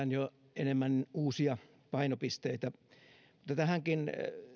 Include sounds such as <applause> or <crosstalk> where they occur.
<unintelligible> jo enemmän uusia painopisteitä mutta tähänkin